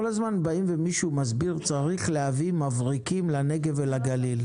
כל הזמן מסבירים שצריך להביא מבריקים לנגב ולגליל.